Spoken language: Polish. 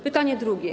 Pytanie drugie.